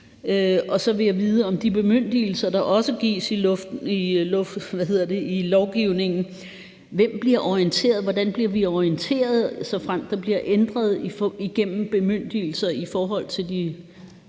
Så vil jeg i forhold til de bemyndigelser, der også gives i lovgivningen, gerne vide, hvem der bliver orienteret? Hvordan bliver vi orienteret, såfremt der bliver ændret i kraft af bemyndigelse i forhold til de